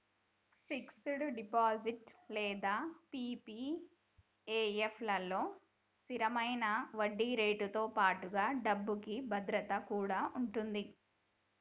fixed deposit లేదా PPF లలో స్థిరమైన వడ్డీరేటుతో పాటుగా డబ్బుకి భద్రత కూడా ఉంటది